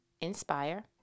Inspire